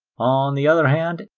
on the other hand,